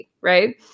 right